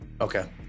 Okay